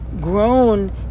grown